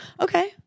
Okay